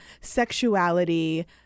sexuality